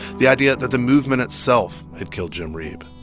the idea that the movement itself had killed jim reeb.